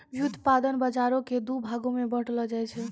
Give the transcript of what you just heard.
व्युत्पादन बजारो के दु भागो मे बांटलो जाय छै